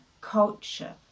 culture